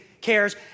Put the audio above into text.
cares